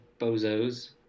bozos